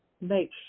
make